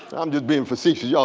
i'm just being facetious. yeah